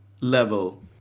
level